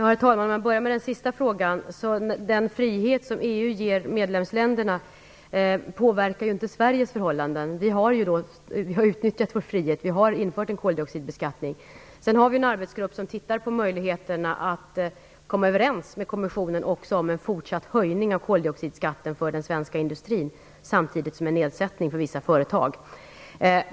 Herr talman! Jag skall börja med den sista frågan. Den frihet som EU ger medlemsländerna påverkar inte Sveriges förhållanden, för vi har redan utnyttjat vår frihet och infört en koldioxidskatt. Vi har nu en arbetsgrupp som tittar på möjligheterna att komma överens med EU-kommissionen om en höjning av koldioxidskatten för den svenska industrin samtidigt med en nedsättning för vissa företag.